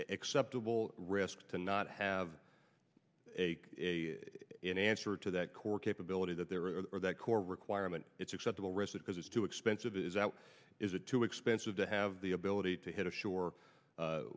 acceptable risk to not have a in answer to that core capability that there are that core requirement it's acceptable risk because it's too expensive is out is it too expensive to have the ability to hit a shore